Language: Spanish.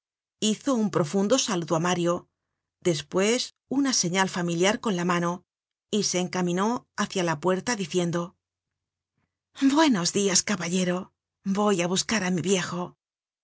hizo un profundo saludo á mario despues una señal familiar con la mano y se encaminó hácia la puerta diciendo content from google book search generated at buenos dias caballero voy á buscar á mi viejo